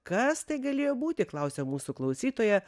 kas tai galėjo būti klausia mūsų klausytoja